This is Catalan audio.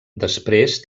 després